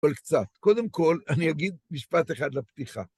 אבל קצת, קודם כל אני אגיד משפט אחד לפתיחה.